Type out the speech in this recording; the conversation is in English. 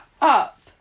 up